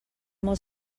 molt